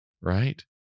right